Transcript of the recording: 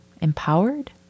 empowered